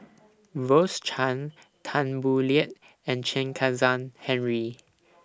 Rose Chan Tan Boo Liat and Chen Kezhan Henri